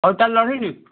ହଉ ତା'ହେଲେ ରହିଲି